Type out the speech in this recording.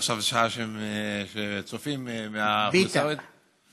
עכשיו זו שעה שבה צופים באוכלוסייה הערבית.